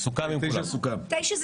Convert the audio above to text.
ל-09:00, ל-09:00.